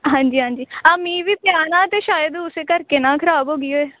ਹਾਂਜੀ ਹਾਂਜੀ ਆਹ ਮੀਂਹ ਵੀ ਪਿਆ ਨਾ ਅਤੇ ਸ਼ਾਇਦ ਉਸੇ ਕਰਕੇ ਨਾ ਖਰਾਬ ਹੋ ਗਈ ਹੋਵੇ